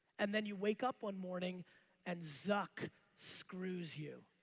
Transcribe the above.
and then you wake up one morning and zuck screws you.